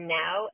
now